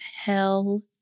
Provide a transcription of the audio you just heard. hell